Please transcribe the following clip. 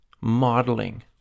modeling